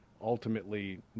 ultimately